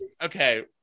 okay